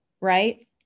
right